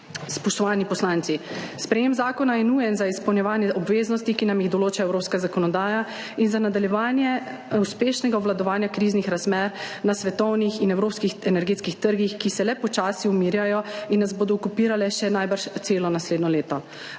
Spoštovani poslanci, sprejem zakona je nujen za izpolnjevanje obveznosti, ki nam jih določa evropska zakonodaja in za nadaljevanje uspešnega obvladovanja kriznih razmer na svetovnih in evropskih energetskih trgih, ki se le počasi umirjajo in nas bodo okupirale še najbrž celo naslednje leto.